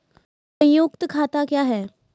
संयुक्त खाता क्या हैं?